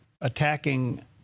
attacking